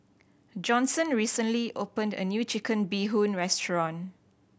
Johnson recently opened a new Chicken Bee Hoon restaurant